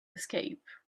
escape